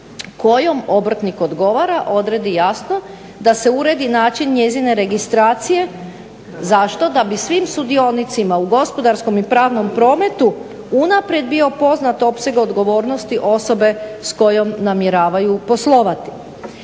kojom obrtnik odgovara odredi jasno da se uredi način njezine registracija. Zašto? Da bi svim sudionicima u gospodarskom i pravnom prometu unaprijed bio poznat opseg odgovornosti osobe s kojom namjeravaju poslovati.